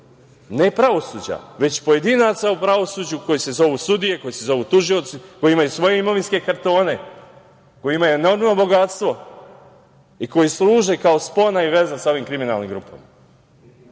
ne pravosuđa, već pojedinaca u pravosuđu koji se zovu sudije, koji se zovu tužioci, koji imaju svoje imovinske kartone, koji imaju enormno bogatstvo i koji služe kao spona i veza sa ovim kriminalnim grupama.